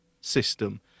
system